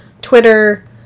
Twitter